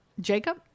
Jacob